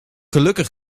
gelukkig